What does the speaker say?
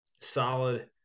solid